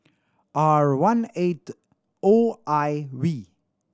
R one eight O I V